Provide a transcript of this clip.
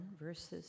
verses